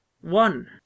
One